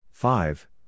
Five